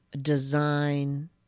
design